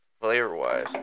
flavor-wise